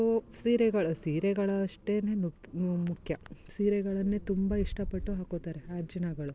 ನಾವು ಸೀರೆಗಳು ಸೀರೆಗಳಷ್ಟೇನೆ ನುಪ್ ಮುಖ್ಯ ಸೀರೆಗಳನ್ನೇ ತುಂಬ ಇಷ್ಟಪಟ್ಟು ಹಾಕ್ಕೊತಾರೆ ಆ ಜನಗಳು